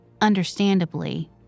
Understandably